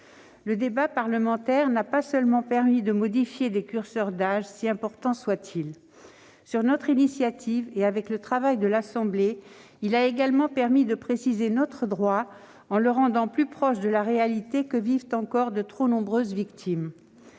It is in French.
Le débat parlementaire n'a pas seulement permis de modifier des curseurs d'âge, si importants soient-ils. Sur notre initiative, complétée par le travail de l'Assemblée nationale, il a également permis de préciser notre droit, ainsi rendu plus proche de la réalité que vivent encore de trop nombreuses victimes.